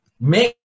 make